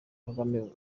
kagame